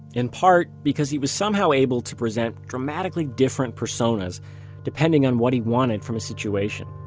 in part because he was somehow able to present dramatically different personas depending on what he wanted from a situation.